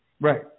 Right